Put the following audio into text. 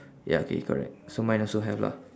ya K correct so mine also have lah